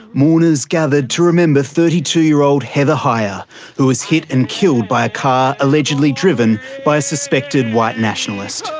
mourners gathered to remember thirty two year old heather heyer who was hit and killed by a car, allegedly driven by a suspected white nationalist.